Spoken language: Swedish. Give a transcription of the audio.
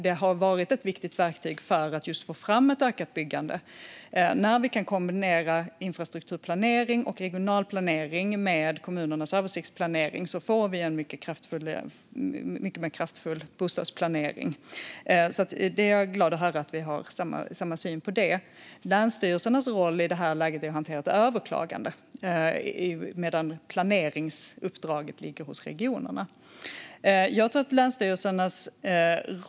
Det har varit ett viktigt verktyg för att just få fram ett ökat byggande. När vi kan kombinera infrastrukturplanering och regional planering med kommunernas översiktsplanering får vi en mycket kraftfullare bostadsplanering. Jag är glad att höra att vi har samma syn på det. Länsstyrelsernas roll här är att hantera överklaganden, medan planeringsuppdraget ligger hos regionerna.